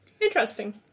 Interesting